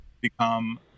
become